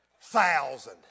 thousand